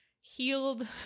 healed